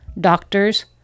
doctors